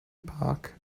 epoch